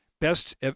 Best